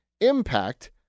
impact